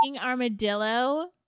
armadillo